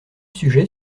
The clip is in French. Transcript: sujet